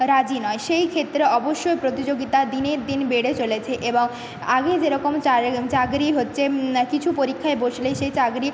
রাজি নয় সেই ক্ষেত্রে অবশ্যই প্রতিযোগিতা দিনের দিন বেড়ে চলেছে এবং আগে যেরকম চার চাকরি হচ্ছে কিছু পরীক্ষায় বসলেই সেই চাকরি